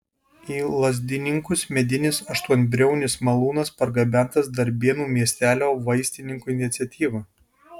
į lazdininkus medinis aštuonbriaunis malūnas pargabentas darbėnų miestelio vaistininko iniciatyva